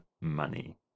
money